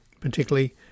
particularly